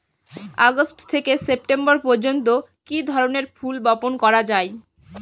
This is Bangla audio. আগস্ট থেকে সেপ্টেম্বর পর্যন্ত কি ধরনের ফুল বপন করা যায়?